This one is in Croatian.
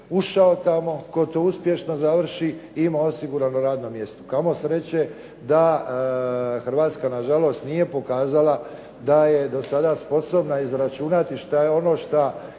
ušao tamo tko to uspješno završi ima osigurano radno mjesto. Kamo sreće, da Hrvatska na žalost nije pokazala da je do sada sposobna izračunati što je ono što